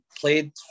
played